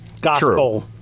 gospel